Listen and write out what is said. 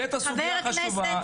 העלית סוגיה חשובה,